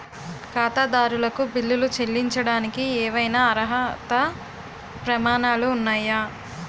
ఖాతాదారులకు బిల్లులు చెల్లించడానికి ఏవైనా అర్హత ప్రమాణాలు ఉన్నాయా?